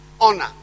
Honor